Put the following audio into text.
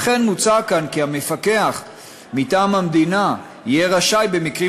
לכן מוצע כאן כי המפקח מטעם המדינה יהיה רשאי במקרים